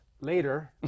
later